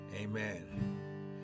Amen